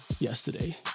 yesterday